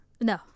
No